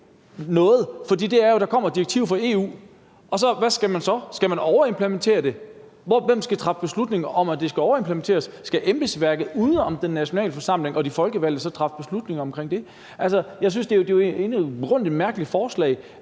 noget, for det er jo, at der kommer et direktiv fra EU, og hvad skal man så? Skal man overimplementere det? Hvem skal træffe beslutning om, at det skal overimplementeres? Skal embedsværket uden om den nationale forsamling og de folkevalgte så træffe beslutning omkring det? Jeg synes, det i grunden er et mærkeligt forslag,